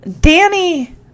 Danny